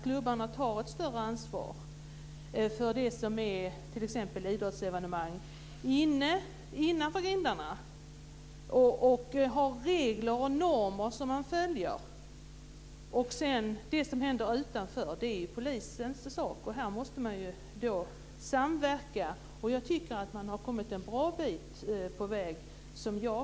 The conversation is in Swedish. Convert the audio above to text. Klubbarna tar ett större ansvar för idrottsevenemang innanför grindarna och har regler som man följer. Det som händer utanför är polisens sak. Här måste man samverka. Som jag upplever det har man kommit en bra bit på väg.